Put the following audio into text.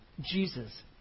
Jesus